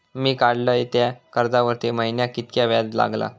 मी काडलय त्या कर्जावरती महिन्याक कीतक्या व्याज लागला?